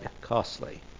costly